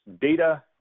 data